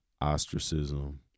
ostracism